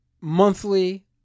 monthly